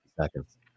Seconds